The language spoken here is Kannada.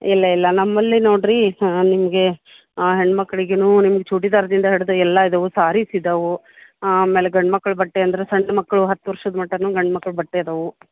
ಇಲ್ಲ ಇಲ್ಲ ನಮ್ಮಲ್ಲಿ ನೋಡಿರಿ ನಿಮಗೆ ಹೆಣ್ಮಕ್ಳಿಗೂನು ನಿಮ್ಮ ಚೂಡಿದಾರದಿಂದ ಹಿಡಿದು ಎಲ್ಲ ಇದಾವೆ ಸಾರಿಸ್ ಇದಾವೆ ಆಮೇಲೆ ಗಂಡು ಮಕ್ಕಳ ಬಟ್ಟೆ ಅಂದ್ರೆ ಸಣ್ಣ ಮಕ್ಕಳು ಹತ್ತು ವರ್ಷ ಮಟ್ಟನು ಗಂಡು ಮಕ್ಕಳ ಬಟ್ಟೆ ಅದಾವೆ